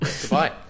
Goodbye